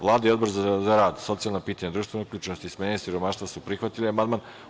Vlada i Odbor za rad, socijalna pitanja, društvenu uključenost i smanjenje siromaštva su prihvatili amandman.